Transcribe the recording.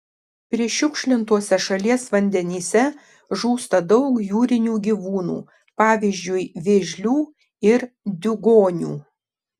prišiukšlintuose šalies vandenyse žūsta daug jūrinių gyvūnų pavyzdžiui vėžlių ir diugonių